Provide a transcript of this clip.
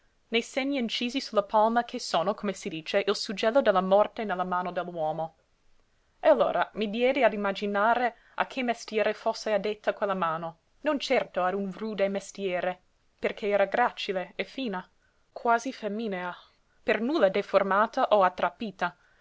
nei segni incisi sulla palma che sono come si dice il suggello della morte nella mano dell'uomo e allora mi diedi a immaginare a che mestiere fosse addetta quella mano non certo a un rude mestiere perché era gracile e fina quasi femminea per nulla deformata o attrappita se